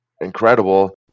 incredible